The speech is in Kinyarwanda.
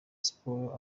siporo